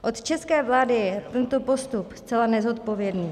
Od české vlády je tento postup zcela nezodpovědný.